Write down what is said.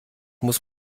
muss